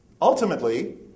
Ultimately